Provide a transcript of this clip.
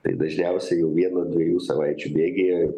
tai dažniausiai jau vieno dviejų savaičių bėgyje